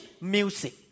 music